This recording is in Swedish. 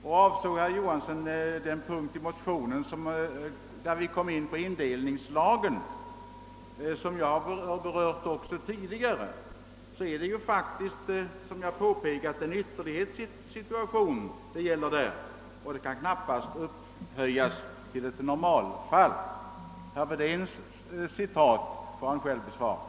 Och avsåg herr Johansson i Trollhättan den punkt i motionen där vi kommer in på indelningslagen, som jag har berört tidigare, så är det ju faktiskt en ytterlighetssituation det gäller, och denna kan knappast upphöjas till ett normalfall. När det gäller citaten kommer herr Wedén själv att gå i svaromål.